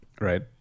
right